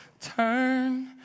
Turn